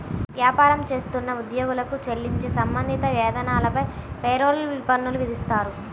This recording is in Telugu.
వ్యాపారం చేస్తున్న ఉద్యోగులకు చెల్లించే సంబంధిత వేతనాలపై పేరోల్ పన్నులు విధిస్తారు